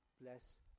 bless